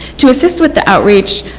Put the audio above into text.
to assist with the outreach,